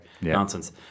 Nonsense